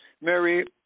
Mary